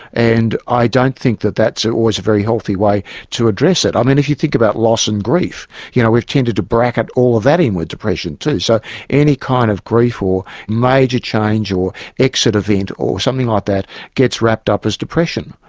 and i don't think that that's always a very healthy way to address it. i mean if you think about loss and grief you know we've tended to bracket all of that in with depression too, so any kind of grief, or major change, or exit event, or something like that gets wrapped up as depression.